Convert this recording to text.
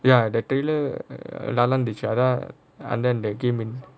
ya the trailer நல்லா இருந்துச்சி அதான்:nallaa irunthuchi athaan and then they came in